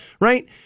Right